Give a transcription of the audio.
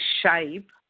shape